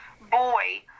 boy